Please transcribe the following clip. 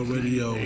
Radio